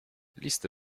listy